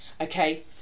Okay